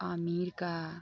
America